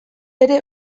ere